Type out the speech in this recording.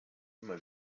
immer